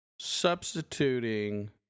substituting